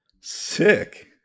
Sick